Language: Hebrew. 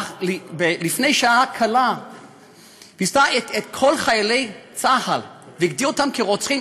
שלפני שעה קלה ביזתה את כל חיילי צה"ל והגדירה אותם כרוצחים,